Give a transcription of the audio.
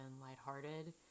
lighthearted